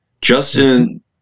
Justin